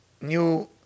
new